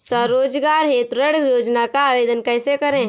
स्वरोजगार हेतु ऋण योजना का आवेदन कैसे करें?